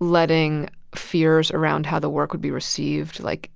letting fears around how the work would be received, like,